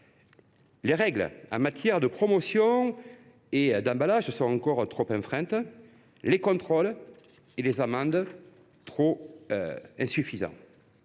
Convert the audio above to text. Les règles en matière de promotion et d’emballage sont encore trop souvent enfreintes, les contrôles et les amendes trop insuffisants.